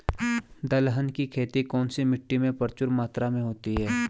दलहन की खेती कौन सी मिट्टी में प्रचुर मात्रा में होती है?